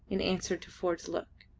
in answer to ford's look.